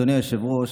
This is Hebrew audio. אדוני היושב-ראש,